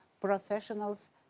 professionals